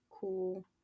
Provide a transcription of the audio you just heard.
cool